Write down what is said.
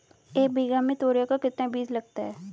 एक बीघा में तोरियां का कितना बीज लगता है?